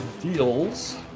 deals